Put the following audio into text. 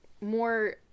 more